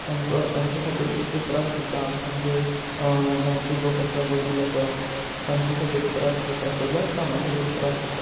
तांकां तांचे खातीर इतले त्रास जाता आमची जे जाणटी लोक आसा वडील आसा तांचे खातीर त्रास जाता सगळ्याच कामां खातीर त्रास जाता